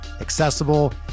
accessible